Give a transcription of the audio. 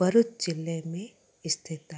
भरूच ज़िले में स्थित आहे